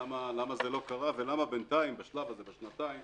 למה זה לא קרה ולמה בינתיים בשלב הזה בשנתיים